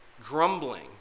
grumbling